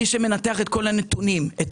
מי שמנתח את כל הנתונים, את